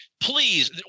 please